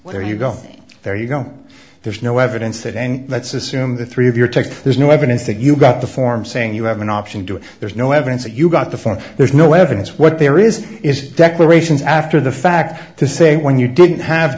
where you go there you go there's no evidence that and let's assume that three of your text there's no evidence that you got the form saying you have an option do it there's no evidence that you got the phone there's no evidence what there is is declarations after the fact to say when you didn't have